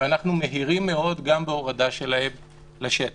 ואנחנו מהירים מאוד גם בהורדה שלהם לשטח.